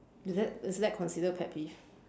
is that is that considered pet peeve